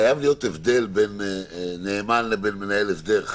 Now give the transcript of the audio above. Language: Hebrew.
חייב להיות הבדל בין מנהל הסדר לבין נאמן,